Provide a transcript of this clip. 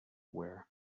wear